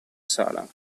sala